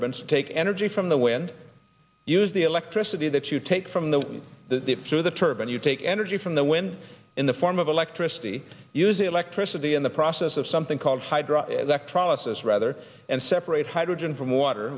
turbines take energy from the wind use the electricity that you take from the the through the turbine you take energy from the wind in the form of electricity use electricity in the process of something called hydro electrolysis rather and separate hydrogen from water